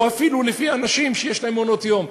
או אפילו לפי אנשים שיש להם מעונות-יום.